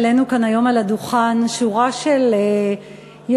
העלינו כאן היום על הדוכן שורה של יוזמות